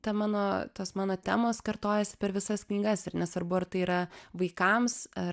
ta mano tos mano temos kartojasi per visas knygas ir nesvarbu ar tai yra vaikams ar